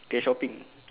okay shopping